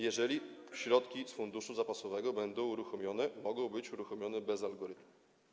Jeżeli środki z funduszu zapasowego będą uruchomione, mogą być uruchomione bez algorytmu.